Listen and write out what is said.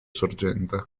sorgente